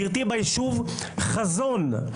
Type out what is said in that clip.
ביישוב חזון,